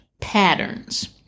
patterns